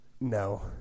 No